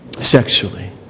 sexually